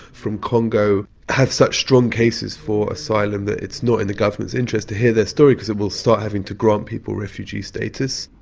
from congo have such strong cases for asylum that it's not in the government's interest to hear their story because it will start having to grant people refugee status.